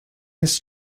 his